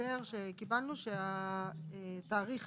ההסבר שקיבלנו, שהתאריך